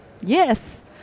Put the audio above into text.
Yes